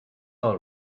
all